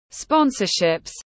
sponsorships